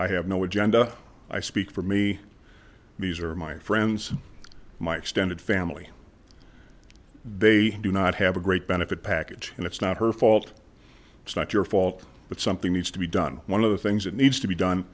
i have no agenda i speak for me these are my friends my extended family they do not have a great benefit package and it's not her fault it's not your fault but something needs to be done one of the things that needs to be done